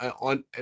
on